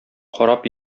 карап